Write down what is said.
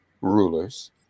rulers